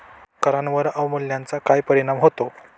करांवर अवमूल्यनाचा काय परिणाम होतो?